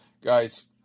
guy's